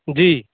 جی